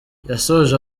yasoje